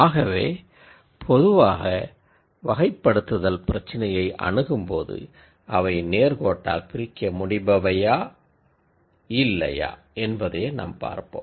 ஆகவே பொதுவாக வகைப்படுத்துதல் பிரச்சினையை அணுகும்போது அவை நேர்கோட்டால் பிரிக்க முடிபவையா இல்லையா என்பதையே நாம் பார்ப்போம்